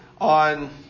on